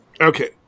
Okay